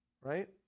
right